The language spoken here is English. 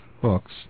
books